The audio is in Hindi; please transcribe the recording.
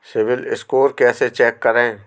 सिबिल स्कोर कैसे चेक करें?